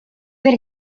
per